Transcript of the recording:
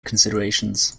considerations